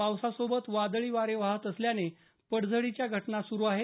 पावसासोबत वादळी वारे वाहत असल्याने पडझडीच्या घटना सुरू आहेत